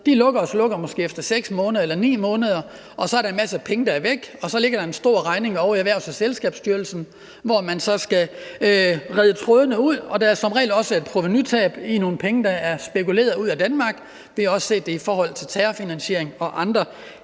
efter 6 måneder eller 9 måneder, og så er der en masse penge, der er væk, og så ligger der en stor regning ovre i Erhvervsstyrelsen, hvor man så skal rede trådene ud. Og der er som regel også et provenutab i forhold til nogle penge, der er spekuleret ud af Danmark. Også i forhold til terrorfinansiering og andre